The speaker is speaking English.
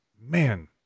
man